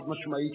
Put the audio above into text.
חד-משמעית,